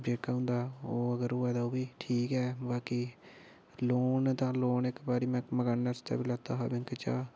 जेह्का होंदा ओह् अगर होऐ ते ओह् बी ठीक ऐ बाकी लोन तां लोन इक बारी में मकानें आस्तै बी लैता हा बैंक चा